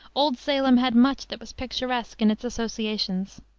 old salem had much that was picturesque in its associations.